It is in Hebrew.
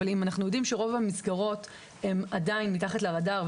אבל אם אנחנו יודעים שרוב המסגרות עדיין מתחת לרדאר,